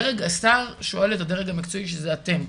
השר שואל את הדרג המקצועי, שזה אתם.